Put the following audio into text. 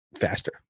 faster